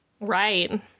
Right